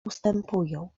ustępują